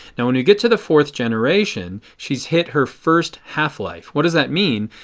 now when you get to the fourth generation, she has hit her first half life. what does that mean?